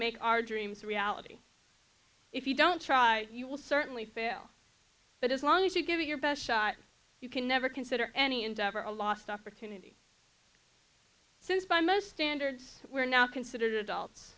make our dreams a reality if you don't try you will certainly fail but as long as you give it your best shot you can never consider any endeavor a lost opportunity since by most standards we are now considered adults